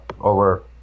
over